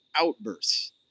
outbursts